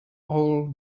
all